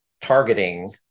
targeting